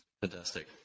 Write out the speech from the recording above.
Fantastic